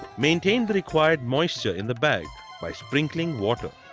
maintain the required moisture in the bag by sprinkling water.